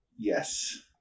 Yes